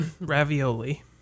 Ravioli